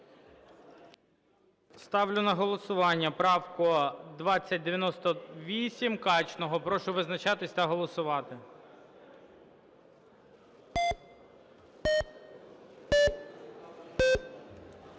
Ставлю на голосування правку 2099. Прошу визначатись та голосувати.